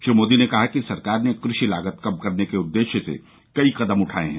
श्री मोदी ने कहा सरकार ने कृषि लागत कम करने के उद्देश्य से कई कदम उठाए हैं